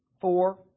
four